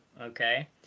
Okay